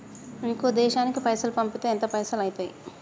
ఇంకో దేశానికి పైసల్ పంపితే ఎంత పైసలు అయితయి?